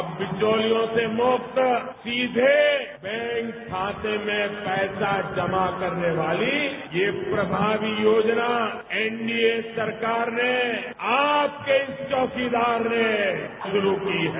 अब बिचौलियों से मुक्त सीधे बैंक खाते में पैसा जमा करने वाली ये प्रभावी योजना एनडीए सरकार ने आपके इस चौकीदार ने शुरू की है